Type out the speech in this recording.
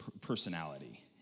personality